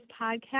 podcast